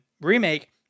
remake